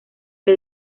que